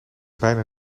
bijna